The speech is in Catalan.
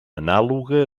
anàloga